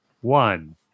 one